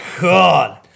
god